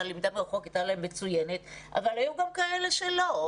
הלמידה מרחוק הייתה להם מצוינת אבל היו גם כאלה שלא.